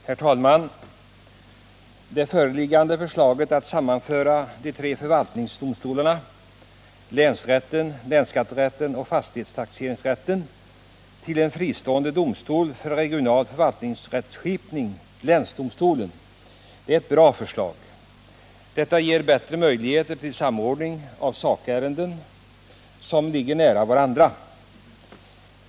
Herr talman! Det föreliggande förslaget att sammanföra de tre förvaltningsdomstolarna — länsrätten, länsskatterätten och fastighetstaxeringsrätten — till en fristående domstol för regional förvaltningsrättskipning, länsdomstolen, är ett bra förslag. Detta ger bättre möjligheter till samordning av sakärenden som ligger nära varandra.